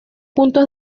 puntos